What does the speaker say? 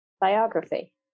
biography